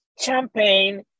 champagne